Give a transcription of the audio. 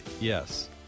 Yes